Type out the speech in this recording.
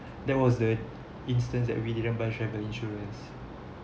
that was the instance that we didn't buy travel insurance